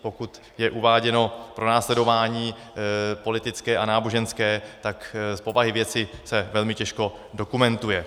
Pokud je uváděno pronásledování politické a náboženské, tak z povahy věci se velmi těžko dokumentuje.